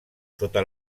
sota